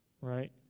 Right